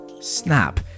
Snap